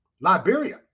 Liberia